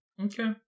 Okay